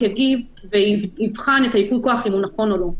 יגיב ויבחן את ייפוי הכוח אם הוא נכון או לא.